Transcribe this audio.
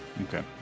Okay